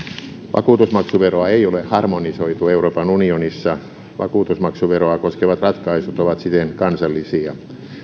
vakuutusmaksuveroa ei ole harmonisoitu euroopan unionissa vakuutusmaksuveroa koskevat ratkaisut ovat siten kansallisia